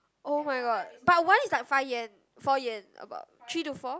oh-my-god but one is like five yen four yen three to four